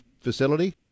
facility